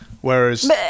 Whereas